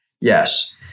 yes